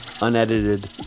unedited